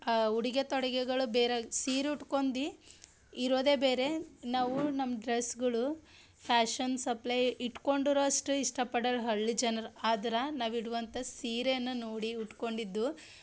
ಆ ಉಡುಗೆ ತೊಡುಗೆಗಳು ಬೇರೆ ಸೀರೆ ಉಟ್ಕೊಂಡಿ ಇರೋದೇ ಬೇರೆ ನಾವು ನಮ್ಮ ಡ್ರಸ್ಗಳು ಫ್ಯಾಷನ್ ಸಪ್ಲಯ್ ಇಟ್ಟುಕೊಂಡಿರೋ ಅಷ್ಟು ಇಷ್ಟಪಡಲ್ಲ ಹಳ್ಳಿ ಜನರು ಆದ್ರೆ ನಾವಿಡುವಂಥ ಸೀರೆನ ನೋಡಿ ಉಟ್ಟುಕೊಂಡಿದ್ದು